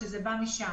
ושזה בא משם.